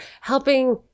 helping